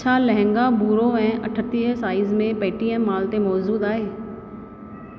छा लहंगा भूरो ऐं अठटीहह साइज़ में पेटीएम मॉल ते मौजूदु आहे